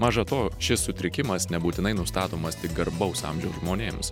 maža to šis sutrikimas nebūtinai nustatomas tik garbaus amžiaus žmonėms